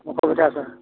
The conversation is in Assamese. অসুবিধা হৈছে